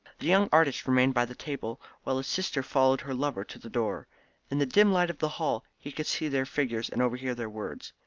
the young artist remained by the table, while his sister followed her lover to the door in the dim light of the hall he could see their figures and overhear their words.